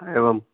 एवं